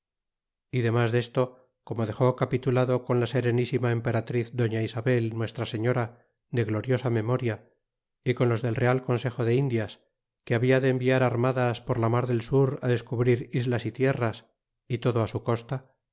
y demas desto como dex capitulado con la serenísima emperatriz doña isabel nuestra señora de gloriosa memoria y con los del real consejo de indias que habla de enviar armadas por la mar del sur descubrir islas y tierras y todo su costa